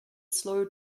slow